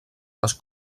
les